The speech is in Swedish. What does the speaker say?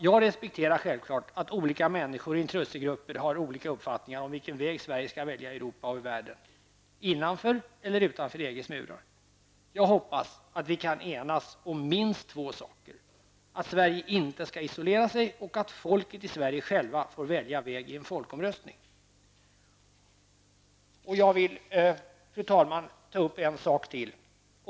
Jag respekterar självfallet att olika människor och intressegrupper har olika uppfattningar om vilken väg Sverige skall välja i Europa och världen, innanför eller utanför EGs murar. Jag hoppas att vi kan enas om minst två saker, att Sverige inte skall isolera sig och att folket i Sverige självt får välja väg i en folkomröstning. Fru talman! Jag vill ta upp en sak till.